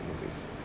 movies